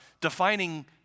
defining